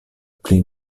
pli